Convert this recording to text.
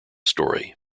story